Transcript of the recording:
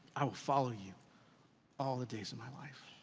i will follow you all the days of my life.